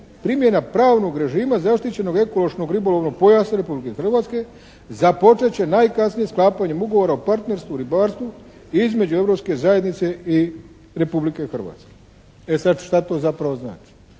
primjena pravnog režima zaštićenog ekološkog ribolovnog pojasa Republike Hrvatske započet će najkasnije sklapanjem ugovora o partnerstvu i ribarstvu između Europske zajednice i Republike Hrvatske." E sad šta to zapravo znači?